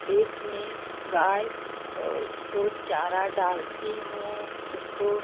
खेत में गाय और उसको चारा डालती हूँ उसको